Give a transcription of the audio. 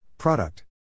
Product